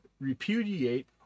repudiate